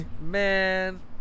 Man